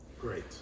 Great